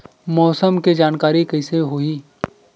मौसम के जानकारी कइसे होही?